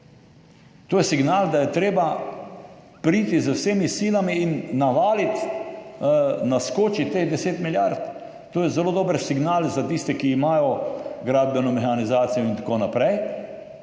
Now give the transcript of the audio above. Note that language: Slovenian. To je signal, da je treba priti z vsemi silami in navaliti, naskočiti teh 10 milijard. To je zelo dober signal za tiste, ki imajo gradbeno mehanizacijo in tako naprej,